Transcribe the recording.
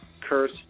Curse